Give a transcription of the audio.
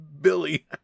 Billy